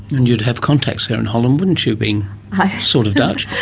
and you'd have contacts there in holland, wouldn't you, being sort of dutch.